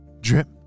drip